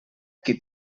qui